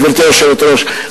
גברתי היושבת-ראש,